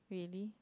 really